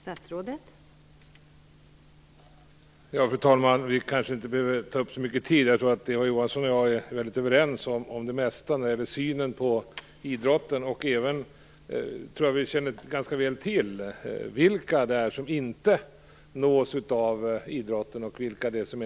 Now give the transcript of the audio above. Tack för den!